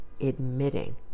admitting